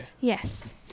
Yes